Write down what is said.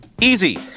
Easy